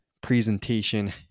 presentation